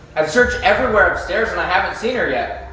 i've searched everywhere upstairs and i haven't seen her yet.